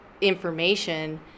information